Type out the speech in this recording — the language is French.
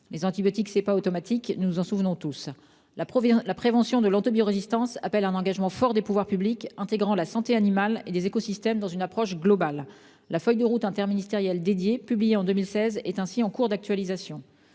Les antibiotiques, c'est pas automatique »: nous nous en souvenons tous. La prévention de l'antibiorésistance appelle un engagement fort des pouvoirs publics, intégrant la santé animale et des écosystèmes, dans une approche globale. La feuille de route interministérielle dédiée, publiée en 2016, est ainsi en cours d'actualisation.